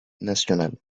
nacional